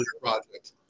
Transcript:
project